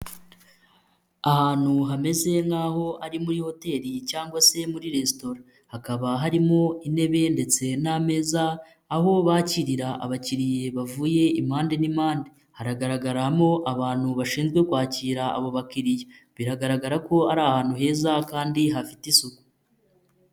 Ahantu hameze nk'aho ari muri hoteli cyangwa se muri resitora, hakaba harimo intebe ndetse n'ameza, aho bakirira abakiriya bavuye impande n'impande, haragaragaramo abantu bashinzwe kwakira abo bakiriya, biragaragara ko ari ahantu heza kandi hafite isuku.